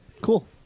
Cool